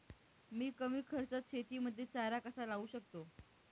मी कमी खर्चात शेतीमध्ये चारा कसा लावू शकतो?